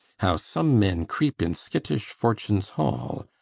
how some men creep in skittish fortune's-hall,